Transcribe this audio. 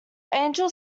angel